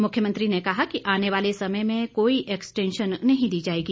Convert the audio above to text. मुख्यमंत्री ने कहा कि आने वाले समय में कोई एक्सटेंशन नहीं दी जाएगी